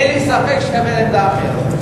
אין לי ספק שתקבל עמדה אחרת,